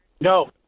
No